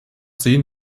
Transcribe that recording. sehen